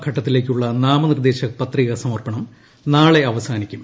ഘട്ടത്തിലേക്കുള്ള നാമനിർദ്ദേശിക പത്രിക സമർപ്പണം നാളെ അവസാനിക്കും